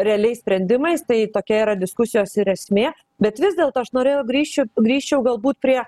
realiais sprendimais tai tokia yra diskusijos ir esmė bet vis dėlto aš norėjau grįšiu grįžčiau galbūt prie